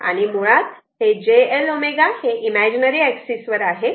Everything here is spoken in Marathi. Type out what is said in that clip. आणि मुळात j L ω हे इमॅजिनरी अॅक्सिस वर आहे